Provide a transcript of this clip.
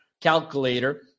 calculator